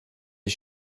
his